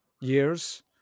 years